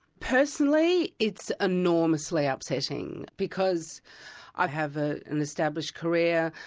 personally it's enormously upsetting, because i have ah an established career,